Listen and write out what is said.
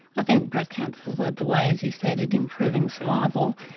i think breast cancer has led the way, as you said, at improving survival,